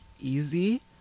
easy